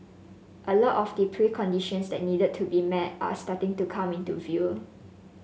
a lot of the preconditions that needed to be met are starting to come into view